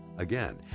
Again